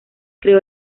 creó